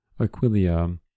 Aquilia